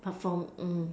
perform